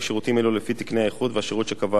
אלו לפי תקני האיכות והשירות שקבע השר.